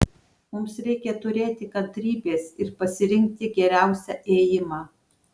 mums reikia turėti kantrybės ir pasirinkti geriausią ėjimą